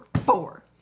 four